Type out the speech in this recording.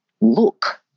look